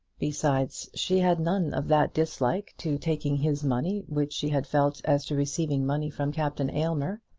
besides, she had none of that dislike to taking his money which she had felt as to receiving money from captain aylmer.